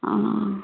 অঁ